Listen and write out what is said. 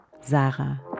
Sarah